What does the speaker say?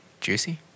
juicy